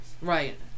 Right